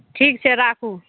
ठीक छै राखू